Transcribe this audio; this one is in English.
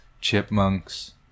chipmunks